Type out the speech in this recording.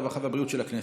הרווחה והבריאות של הכנסת.